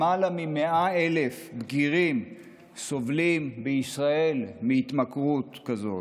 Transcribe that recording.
למעלה מ-100,000 בגירים סובלים בישראל מהתמכרות כזאת.